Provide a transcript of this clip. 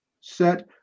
set